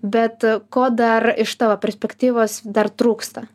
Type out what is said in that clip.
bet ko dar iš tavo perspektyvos dar trūksta